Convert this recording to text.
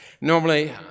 Normally